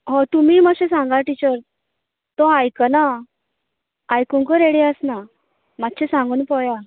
होय तुमीय मात्शें सांगा टिचर तो आयकना आयकुंकू रेडी आसना मात्शें सांगून पळया